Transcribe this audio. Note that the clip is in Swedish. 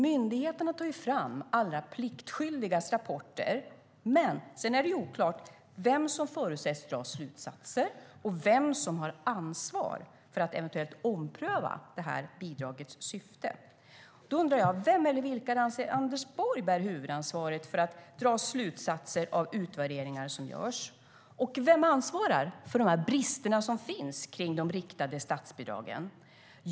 Myndigheten tar allra pliktskyldigast fram rapporter, men sedan är det oklart vem som förutsätts dra slutsatser och vem som har ansvar för att eventuellt ompröva bidragets syfte. Vem eller vilka anser Anders Borg bär huvudansvaret för att dra slutsatser av de utvärderingar som görs? Vem ansvarar för de brister som finns i de riktade statsbidragen?